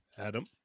Adam